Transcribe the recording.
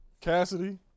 Cassidy